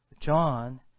John